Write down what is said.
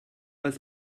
pas